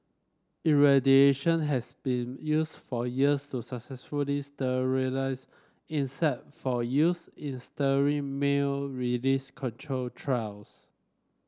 irradiation has been used for years to successfully sterilise insect for use in sterile male release control trials